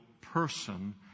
person